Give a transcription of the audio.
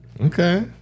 Okay